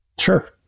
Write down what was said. sure